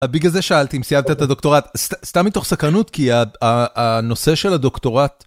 בגלל זה שאלתי אם סיימת את הדוקטורט. סתם מתוך סקרנות כי ה... ה... הנושא של הדוקטורט...